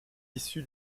issu